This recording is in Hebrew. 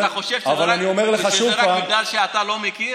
אתה חושב שזה רק בגלל שאתה לא מכיר?